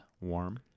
warm